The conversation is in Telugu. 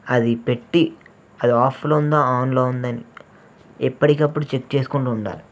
అది పెట్టి అది ఆఫ్లో ఉందా ఆన్లో ఉందా అని ఎప్పటికప్పుడు చెక్ చేసుకుంటూ ఉండాలి